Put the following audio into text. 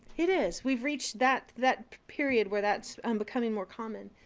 it is. we've reached that, that period where that's um becoming more common.